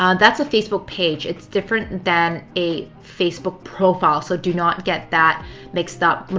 um that's a facebook page. it's different than a facebook profile. so do not get that mixed up.